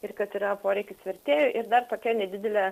ir kad yra poreikis vertėjui ir dar tokia nedidelė